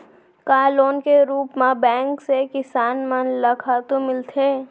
का लोन के रूप मा बैंक से किसान मन ला खातू मिलथे?